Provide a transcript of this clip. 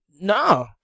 No